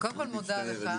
אני מודה לך.